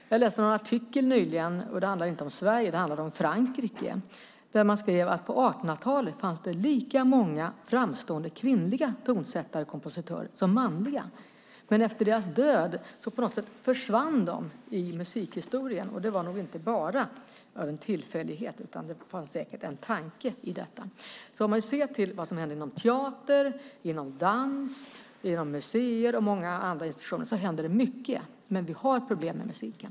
Jag läste en artikel nyligen - den handlade inte om Sverige utan om Frankrike - där man skrev att det på 1800-talet fanns lika många framstående kvinnliga tonsättare och kompositörer som manliga, men efter sin död försvann de på något sätt ur musikhistorien. Det var nog inte bara av en tillfällighet. Det fanns säkert en tanke i detta. Om vi ser till vad som händer inom teater, dans, museer och många andra institutioner är det mycket, men vi har problem med musiken.